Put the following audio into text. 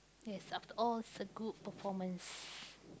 yes after all it's a good performance